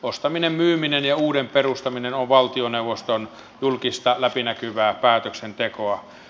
ostaminen myyminen ja uuden perustaminen on valtioneuvoston julkista läpinäkyvää päätöksentekoa